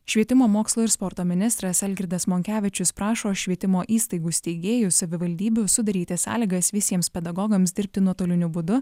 švietimo mokslo ir sporto ministras algirdas monkevičius prašo švietimo įstaigų steigėjų savivaldybių sudaryti sąlygas visiems pedagogams dirbti nuotoliniu būdu